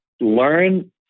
learn